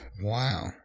Wow